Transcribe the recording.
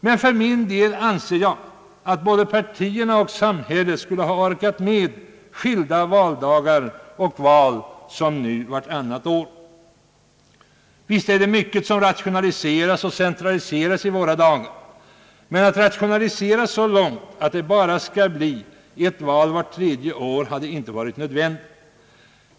Men för min del anser jag att både partierna och samhället skulle ha orkat med skilda valdagar och val vartannat år som nu är fallet. Visst är det mycket som rationaliseras och centraliseras i våra dagar. Men att rationalisera så långt att genomföra ett val bara vart tredje år hade inte varit nödvändigt.